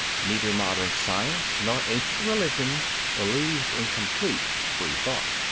neither modern science nor ancient religion believes in complete free thought.